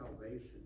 salvation